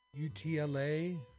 UTLA